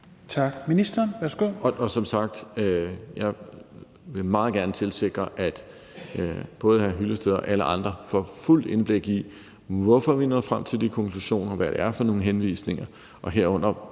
(Benny Engelbrecht): Som sagt vil jeg meget gerne sikre, at både hr. Henning Hyllested og alle andre får fuldt indblik i, hvorfor vi er nået frem til de konklusioner, og hvad det er for nogle henvisninger, det drejer